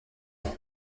ans